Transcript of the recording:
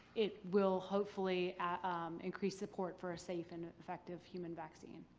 it will hopefully increase support for a safe and effective human vaccine.